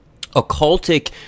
occultic